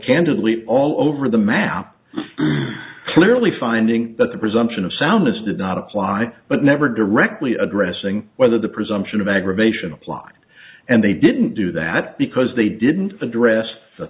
candidly all over the map clearly finding that the presumption of soundness did not apply but never directly addressing whether the presumption of aggravation applied and they didn't do that because they didn't address